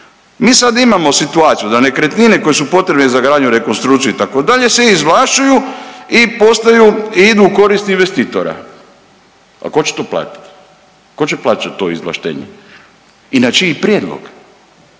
mi sad imamo situaciju da nekretnine koje su potrebne za gradnju, rekonstrukciju itd. se izvlašćuju i postaju i idu u korist investitora. A tko će to platiti? Tko će plaćat to izvlaštenje i na čiji prijedlog,